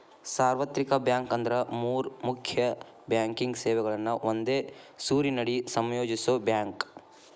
ಸಾರ್ವತ್ರಿಕ ಬ್ಯಾಂಕ್ ಅಂದ್ರ ಮೂರ್ ಮುಖ್ಯ ಬ್ಯಾಂಕಿಂಗ್ ಸೇವೆಗಳನ್ನ ಒಂದೇ ಸೂರಿನಡಿ ಸಂಯೋಜಿಸೋ ಬ್ಯಾಂಕ್